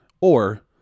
Or-